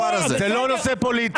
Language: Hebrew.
זה לא נושא פוליטי,